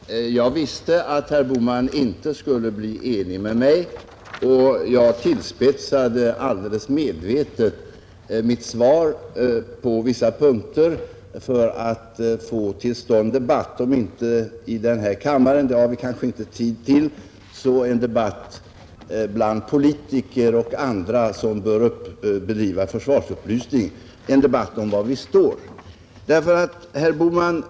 Herr talman! Jag visste att herr Bohman inte skulle bli enig med mig. Jag tillspetsade alldeles medvetet mitt svar på vissa punkter för att få till stånd debatt, om inte i denna kammare — vi har kanske inte tid till det — så ändå en debatt bland politiker och andra som bör bedriva försvarsupplysning. En sådan debatt skulle visa vilka olika ståndpunkter vi intar.